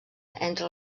entre